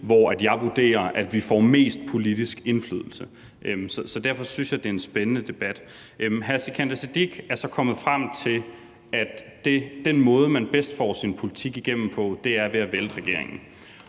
hvor jeg vurderer vi får mest politisk indflydelse. Derfor synes jeg, det er en spændende debat. Hr. Sikandar Siddique er så kommet frem til, at den måde, man bedst får sin politik igennem på, er ved at vælte regeringen.